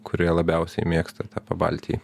kurie labiausiai mėgsta tą pabaltijį